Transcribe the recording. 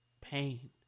pain